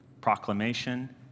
Proclamation